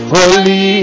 Holy